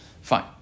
Fine